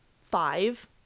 five